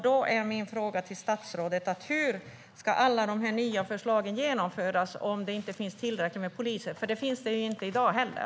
Då är min fråga till statsrådet: Hur ska alla de här nya förslagen genomföras om det inte finns tillräckligt med poliser, vilket det inte finns i dag heller?